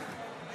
נגד